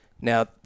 Now